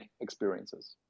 experiences